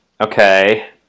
Okay